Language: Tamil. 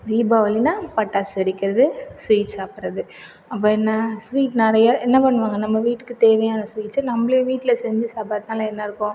தீபாவளினால் பட்டாசு வெடிக்கிறது ஸ்வீட்ஸ் சாப்பிடறது அப்புறம் என்ன ஸ்வீட் நிறைய என்ன பண்ணுவாங்க நம்ம வீட்டுக்கு தேவையான ஸ்வீட்ஸ் நம்பளே வீட்டில் செஞ்சு சாப்பிடறதுனாலே என்ன இருக்கும்